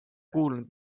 kuulnud